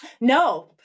No